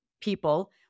people